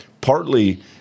partly